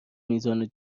میزان